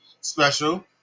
special